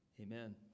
amen